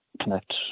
connect